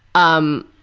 um.